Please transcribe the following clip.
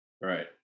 Right